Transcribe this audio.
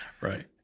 Right